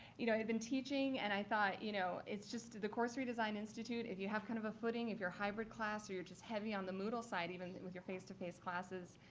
you know, i've been teaching and i thought, you know, it's just the course redesign institute, if you have kind of a footing, if you're hybrid class or you're just heavy on the moodle site even, with your face-to-face classes,